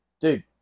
Dude